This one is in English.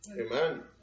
Amen